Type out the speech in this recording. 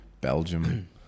Belgium